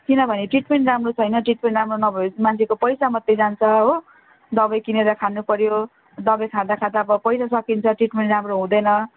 किनभने ट्रिटमेन्ट राम्रो छैन ट्रिटमेन्ट राम्रो नभए पछि त मान्छेको पैसा मात्रै जान्छ हो दबाई किनेर खानु पर्यो दबाई खाँदा खाँदा अब पैसा सकिन्छ ट्रिटमेन्ट राम्रो हुँदैन